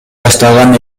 баштаган